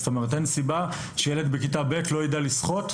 זאת אומרת שאין סיבה שילד בכיתה ב' מהחינוך החרדי לא יידע לשחות.